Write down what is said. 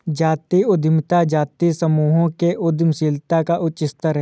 जातीय उद्यमिता जातीय समूहों के उद्यमशीलता का उच्च स्तर है